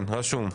כן, רשום.